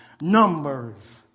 Numbers